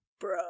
bro